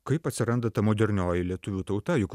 kaip atsiranda ta modernioji lietuvių tauta juk